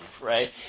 right